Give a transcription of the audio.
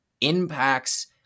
impacts